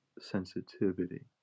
sensitivity